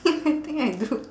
think I do